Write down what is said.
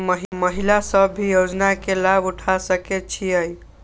महिला सब भी योजना के लाभ उठा सके छिईय?